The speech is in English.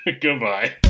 Goodbye